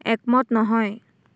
একমত নহয়